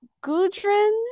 Gudrun